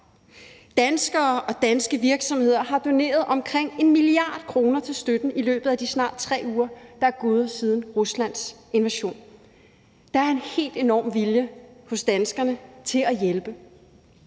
Danskere og danske virksomheder har doneret omkring 1 mia. kr. til støtten i løbet af de snart 3 uger, der er gået siden Ruslands invasion. Der er en helt enorm vilje hos danskerne til at hjælpe.